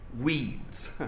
Weeds